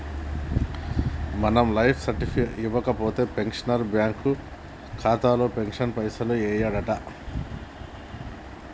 మనం life certificate ఇవ్వకపోతే pensioner bank ఖాతాలో పెన్షన్ పైసలు యెయ్యడంట